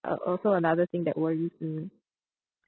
uh also another thing that worries me